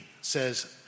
says